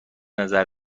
نظر